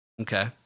Okay